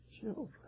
children